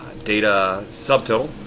data, subtotal,